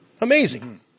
Amazing